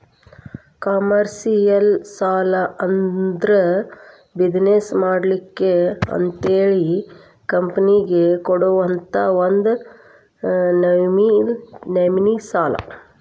commercial ಸಾಲಾ ಅಂದ್ರ business ಮಾಡ್ಲಿಕ್ಕೆ ಅಂತಹೇಳಿ ಕಂಪನಿಗಳಿಗೆ ಕೊಡುವಂತಾ ಒಂದ ನಮ್ನಿ ಸಾಲಾ